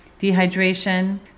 Dehydration